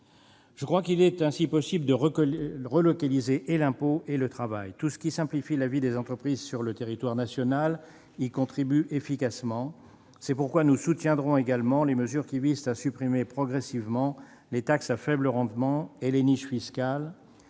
Je crois qu'il est ainsi possible de relocaliser et l'impôt et le travail. Tout ce qui simplifie la vie des entreprises sur le territoire national y contribue efficacement. C'est pourquoi nous soutiendrons également les mesures qui visent à supprimer progressivement les taxes à faible rendement et les niches fiscales,